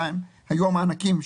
בה היו מענקים,